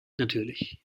natürlich